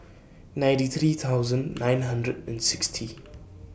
ninety three thousand nine hundred and sixty